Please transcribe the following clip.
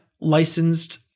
licensed